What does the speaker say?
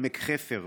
עמק חפר,